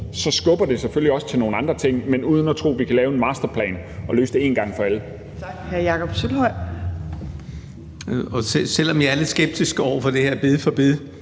skubber det selvfølgelig også til nogle andre ting – men altså uden at tro, at vi kan lave en masterplan og løse det en gang for alle.